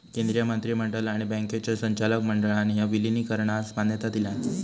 केंद्रीय मंत्रिमंडळ आणि बँकांच्यो संचालक मंडळान ह्या विलीनीकरणास मान्यता दिलान